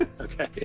Okay